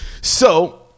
So-